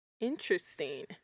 Interesting